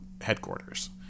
headquarters